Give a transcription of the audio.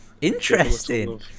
Interesting